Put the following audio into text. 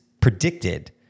predicted